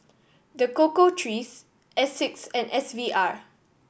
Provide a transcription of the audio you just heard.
The Cocoa Trees Asics and S V R